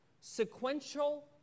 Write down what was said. sequential